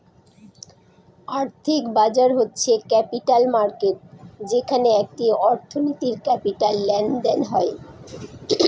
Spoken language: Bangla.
আর্থিক বাজার হচ্ছে ক্যাপিটাল মার্কেট যেখানে একটি অর্থনীতির ক্যাপিটাল লেনদেন হয়